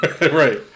Right